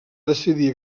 decidir